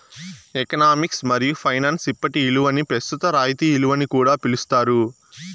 economics మరియు finance ఇప్పటి ఇలువని పెస్తుత రాయితీ ఇలువని కూడా పిలిస్తారు